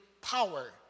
power